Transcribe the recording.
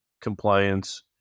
compliance